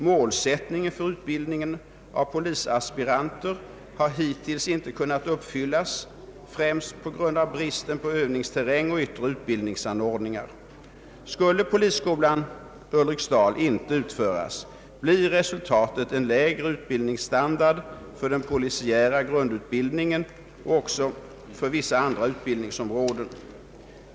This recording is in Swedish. Målsättningen för utbildningen av polisaspiranter har hittills inte kunnat uppfyllas, främst på grund av bristen på övningsterräng och yttre utbildningsanordningar. Skulle polisskolan i Ulriksdal inte utföras blir resultatet en lägre utbildningsstandard för den polisiära grundutbildningen och också för vissa andra utbildningsområden.